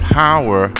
power